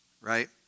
right